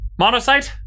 Monocyte